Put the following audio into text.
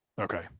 Okay